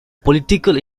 political